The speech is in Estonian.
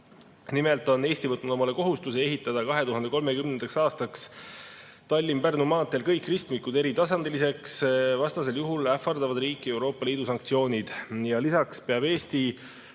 Nimelt on Eesti võtnud omale kohustuse ehitada 2030. aastaks Tallinna–Pärnu maanteel kõik ristmikud eritasandiliseks, vastasel juhul ähvardavad riiki Euroopa Liidu sanktsioonid. Lisaks peab Eesti